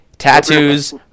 tattoos